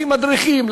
לשים מדריכים,